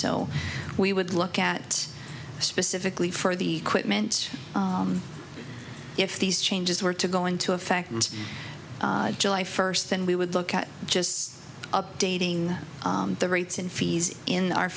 so we would look at specifically for the equipment if these changes were to go into effect july first then we would look at just updating the rates and fees in our